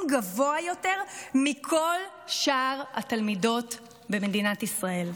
גבוה יותר מכל שאר התלמידות במדינת ישראל.